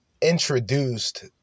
introduced